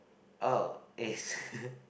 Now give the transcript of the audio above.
oh is